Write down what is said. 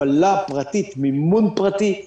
הפעלה פרטית מימון פרטי.